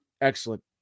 excellent